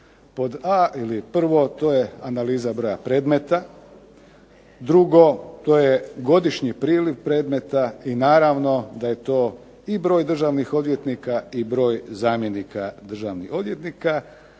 spomenuti. Prvo, to je analiza broja predmete, drugo to je godišnji priliv predmeta i naravno da je to i broj državnih odvjetnika i broj zamjenika državnih odvjetnika.